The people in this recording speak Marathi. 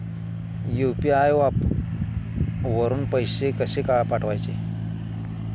यु.पी.आय वरून पैसे कसे पाठवायचे?